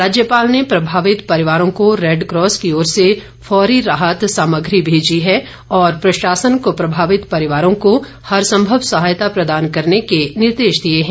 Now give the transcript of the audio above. राज्यपाल ने प्रभावित परिवारों को रेडक्रॉस की ओर से फौरी राहत सामग्री भेजी है और प्रशासन को प्रभावित परिवारों को हर संभव सहायता प्रदान करने के निर्देश दिए हैं